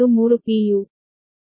u